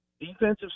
defensive